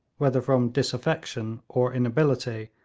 whether from disaffection or inability,